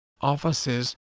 offices